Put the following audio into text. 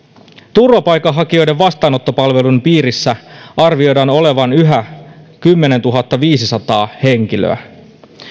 turvapaikanhakijoiden vastaanottopalveluiden piirissä arvioidaan olevan yhä kymmenentuhattaviisisataa henkilöä